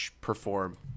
perform